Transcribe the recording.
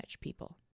people